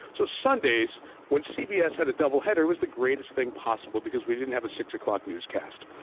so sundays when cbs had a double header was the greatest thing possible because we didn't have a six o'clock newscast.